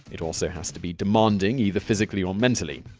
it also has to be demanding, either physically or mentally.